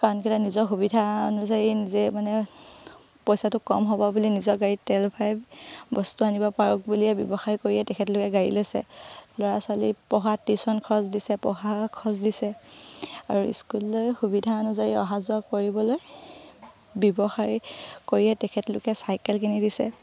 কাৰণ কেলৈ নিজৰ সুবিধা অনুযায়ী নিজে মানে পইচাটো কম হ'ব বুলি নিজৰ গাড়ীত তেল ভাৰাই বস্তু আনিব পাৰক বুলিয়ে ব্যৱসায় কৰিয়ে তেখেতলোকে গাড়ী লৈছে ল'ৰা ছোৱালী পঢ়াত টিউশ্যন খৰচ দিছে পঢ়া খৰচ দিছে আৰু স্কুললৈ সুবিধা অনুযায়ী অহা যোৱা কৰিবলৈ ব্যৱসায় কৰিয়ে তেখেতলোকে চাইকেল কিনি দিছে